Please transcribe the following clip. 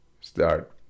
start